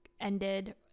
ended